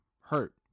hurt